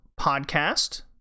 podcast